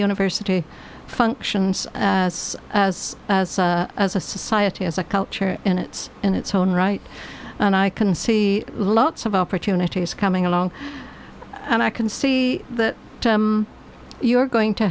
university functions as as as a society as a culture and its in its own right and i can see lots of opportunities coming along and i can see that you're going to